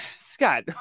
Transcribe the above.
Scott